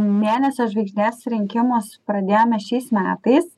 mėnesio žvaigždės rinkimus pradėjome šiais metais